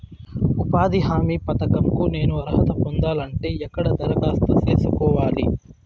ఉపాధి హామీ పథకం కు నేను అర్హత పొందాలంటే ఎక్కడ దరఖాస్తు సేసుకోవాలి?